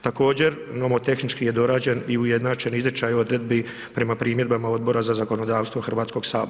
Također nomotehnički je dorađen i ujednačen izričaj odredbi prema primjedbama Odbora za zakonodavstvo HS.